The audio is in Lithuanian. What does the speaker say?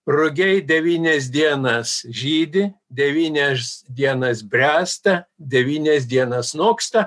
rugiai devynias dienas žydi devynias dienas bręsta devynias dienas noksta